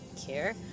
care